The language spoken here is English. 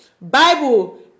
Bible